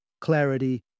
clarity